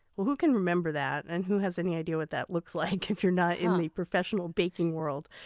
well, who can remember that? and who has any idea what that looks like if you're not in the professional baking world?